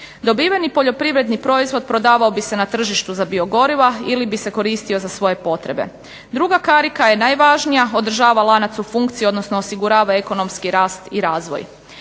Dobiveni poljoprivredni proizvod prodavao bi se na tržištu za biogoriva ili bi se koristio za svoje potrebe. Druga karika je najvažnija održava lanac u funkciji odnosno osigurava ekonomski rast i razvoj.